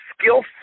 skills